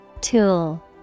Tool